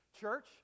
church